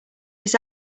his